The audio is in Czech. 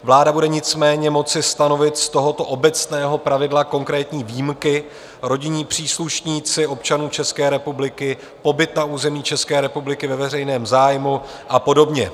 Vláda bude nicméně moci stanovit z tohoto obecného pravidla konkrétní výjimky rodinní příslušníci občanů České republiky, pobyt na území České republiky ve veřejném zájmu a podobně.